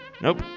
nope